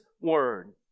word